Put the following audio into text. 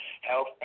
Health